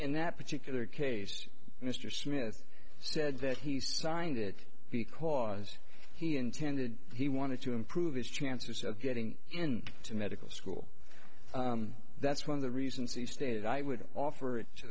in that particular case mr smith said that he signed it because he intended he wanted to improve his chances of getting in to medical school that's one of the reasons he stated i would offer it to